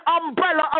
umbrella